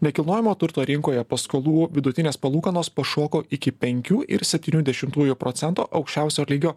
nekilnojamo turto rinkoje paskolų vidutinės palūkanos pašoko iki penkių ir septynių dešimtųjų procento aukščiausio lygio